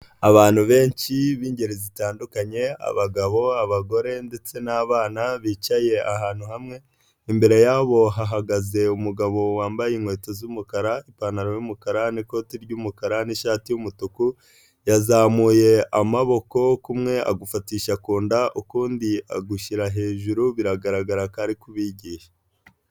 Abantu benshi b'ingeri zitandukanye abagabo, abagore ndetse n'abana bicaye ahantu hamwe, imbere yabo hahagaze umugabo wambaye inkweto z'umukara, ipantaro y'umukara n'ikoti ry'umukara n'ishati y'umutuku, yazamuye amaboko kumwe agufatisha ku nda ukundi agushyira hejuru biragaragara ko ari kubigisha.